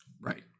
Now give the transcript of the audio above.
Right